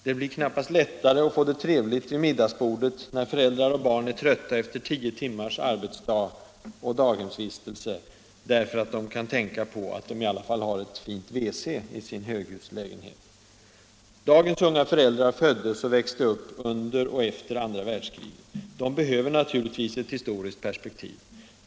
Det blir knappast lättare att få det trevligt vid middagsbordet, när föräldrar och barn är för trötta efter tio timmars arbetsdag och daghemsvistelse för att kunna tänka på att de i alla fall har en fin WC i sin höghuslägenhet. Dagens unga föräldrar föddes och växte upp under och efter andra världskriget — de behöver naturligtvis ett historiskt perspektiv.